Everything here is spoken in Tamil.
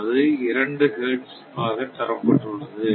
ஆனது 2 ஹெர்ட்ஸ் ஆக தரப்பட்டுள்ளது